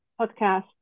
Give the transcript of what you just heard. podcast